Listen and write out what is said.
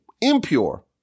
impure